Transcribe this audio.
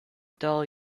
dull